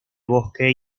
bosque